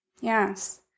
Yes